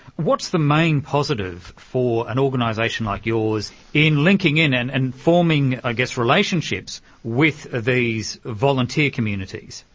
what's the main positive for an organisation like yours in linking in and and forming i guess relationships with these volunteer communities?